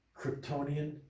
Kryptonian